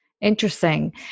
Interesting